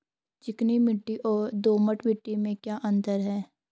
चिकनी मिट्टी और दोमट मिट्टी में क्या अंतर है?